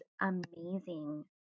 amazing